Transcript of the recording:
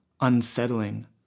unsettling